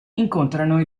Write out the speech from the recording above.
incontrano